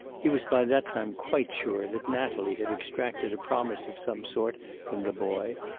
he was by that time quite sure that natalie had extracted a promise of some sort from the boy.